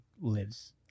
lives